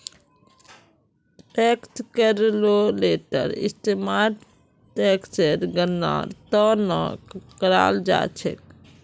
tax calculator इस्तेमाल टेक्सेर गणनार त न कराल जा छेक